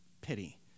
pity